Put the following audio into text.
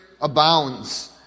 abounds